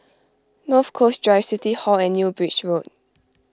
North Coast Drive City Hall and New Bridge Road